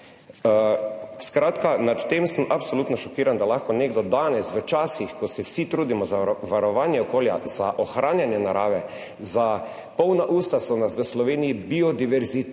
Skratka, nad tem sem absolutno šokiran, da lahko nekdo danes, v časih ko se vsi trudimo za varovanje okolja, za ohranjanje narave, za polna usta so nas v Sloveniji biodiverzitete,